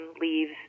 leaves